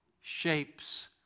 shapes